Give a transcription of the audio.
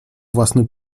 własny